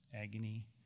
agony